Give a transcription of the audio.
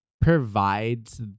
provides